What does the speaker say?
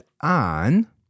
on